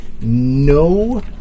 no